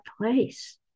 place